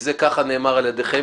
כך נאמר על ידיכם.